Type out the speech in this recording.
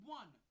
one